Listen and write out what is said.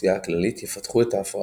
מהאוכלוסייה הכללית יפתחו את ההפרעה.